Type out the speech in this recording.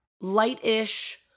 lightish